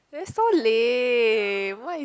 we're so lame why